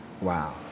Wow